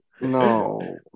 no